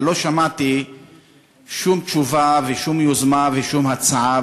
אבל לא שמעתי שום תשובה ושום יוזמה ושום הצעה,